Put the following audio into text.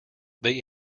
they